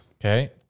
Okay